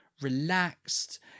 relaxed